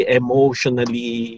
emotionally